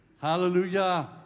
Hallelujah